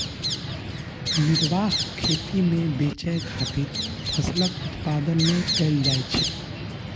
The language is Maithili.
निर्वाह खेती मे बेचय खातिर फसलक उत्पादन नै कैल जाइ छै